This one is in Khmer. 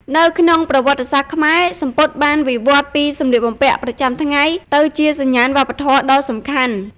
នៅក្នុងប្រវត្តិសាស្ត្រខ្មែរ សំពត់បានវិវត្តន៍ពីសម្លៀកបំពាក់ប្រចាំថ្ងៃទៅជាសញ្ញាណវប្បធម៌ដ៏សំខាន់។